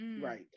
right